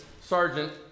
sergeant